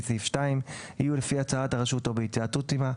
סעיף 2 יהיו לפי הצעת הרשות או בהתייעצות עימה,